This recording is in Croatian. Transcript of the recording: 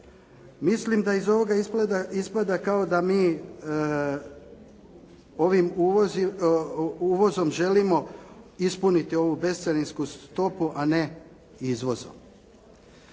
Mislim da iz ovoga ispada kao da mi ovim uvozom želimo ispuniti ovu bescarinsku stopu a ne izvozom.